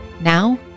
Now